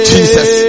Jesus